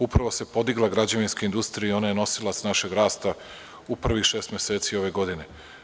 Upravo se podigla građevinska industrija i ona je nosilac našeg rasta u prvih šest meseci ove godine.